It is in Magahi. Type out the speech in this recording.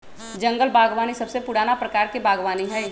जंगल बागवानी सबसे पुराना प्रकार के बागवानी हई